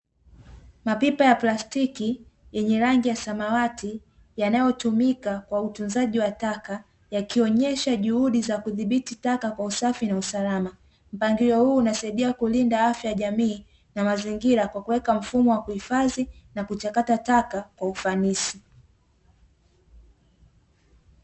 Mapipa ya plastiki yenye rangi ya samawati yanayo tumika kwa utunzaji wa taka yakionyesha juuhudi ya kudhibiti taka kwa usafi na usalama. mpangilio huu unasaidia kulinda afya ya jamii na mazingira kwa kuweka mfumo wa kuhifadhi na kuchakata taka kwa ufanisi.